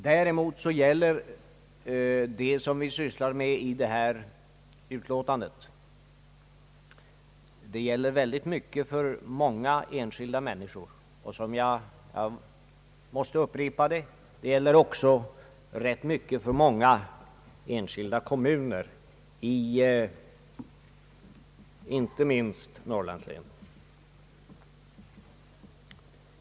Däremot gäller det som behandlas i föreliggande utlåtande väldigt mycket för många enskilda människor, och — jag upprepar det — rätt mycket för många kommuner, inte minst i norrlandslänen.